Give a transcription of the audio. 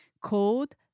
called